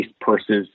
purses